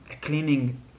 cleaning